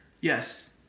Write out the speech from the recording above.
Yes